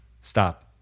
Stop